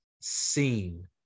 seen